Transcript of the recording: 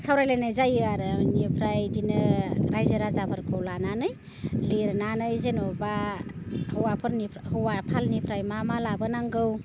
सावरायलायनाय जायो आरो बेनिफ्राय बिदिनो रायजो राजाफोरखौ लानानै लिरनानै जेनेबा हौवाफोरनि हौवाफालनिफ्राय मा मा लाबोनांगौ